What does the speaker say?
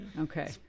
Okay